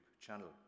channel